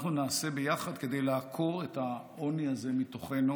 אנחנו נעשה ביחד כדי לעקור את העוני הזה מתוכנו,